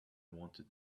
wanted